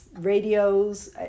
radios